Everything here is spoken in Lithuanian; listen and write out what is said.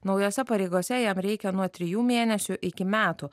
naujose pareigose jam reikia nuo trijų mėnesių iki metų